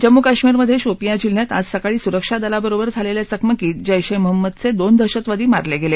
जम्मू कश्मीरमध्ये शोपियाँ जिल्ह्यात आज सकाळी सुरक्षा दलाबरोबर झालेल्या चकमकीत जैश ए महम्मदचे दोन दहशतवादी मारले गेले